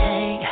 Hey